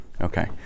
Okay